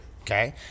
okay